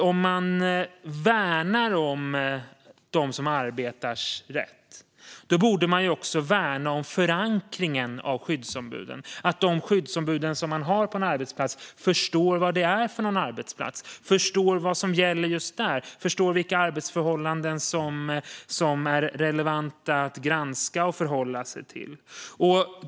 Om man värnar om rätten för dem som arbetar borde man också värna om förankringen av skyddsombuden och att de skyddsombud som finns på en arbetsplats förstår vad det är för en arbetsplats, förstår vad som gäller just där och förstår vilka arbetsförhållanden som är relevanta att granska och förhålla sig till.